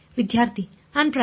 ವಿದ್ಯಾರ್ಥಿ ಅನ್ಪ್ರೈಮ್ಡ್